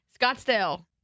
Scottsdale